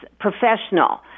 Professional